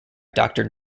doctor